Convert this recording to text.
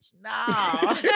No